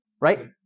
right